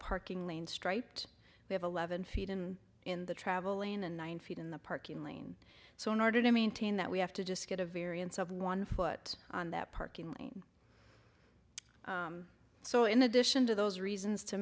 parking lane striped we have eleven feet in in the travel lane and nine feet in the parking lane so in order to maintain that we have to just get a variance of one foot on that parking lane so in addition to those reasons to